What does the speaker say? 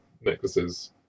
necklaces